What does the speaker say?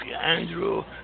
Andrew